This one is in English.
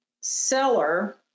seller